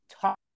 talk